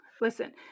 Listen